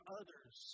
others